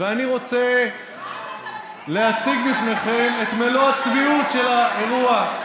ואני רוצה להציג בפניכם את מלוא הצביעות של האירוע.